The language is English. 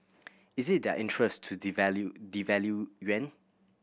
is it their interest to devalue devalue yuan